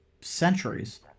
centuries